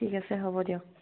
ঠিক আছে হ'ব দিয়ক